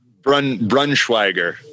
Brunschweiger